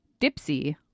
Dipsy